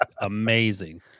amazing